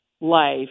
life